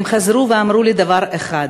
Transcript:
הם חזרו ואמרו לי דבר אחד: